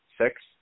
Six